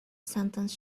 sentence